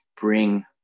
bring